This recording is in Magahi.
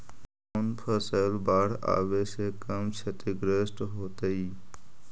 कौन फसल बाढ़ आवे से कम छतिग्रस्त होतइ?